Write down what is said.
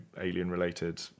alien-related